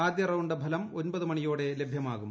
ആദ്യ റൌണ്ട് ഫലം ഒമ്പത് മണിയോടെ ലഭ്യമാകും